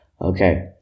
Okay